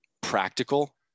practical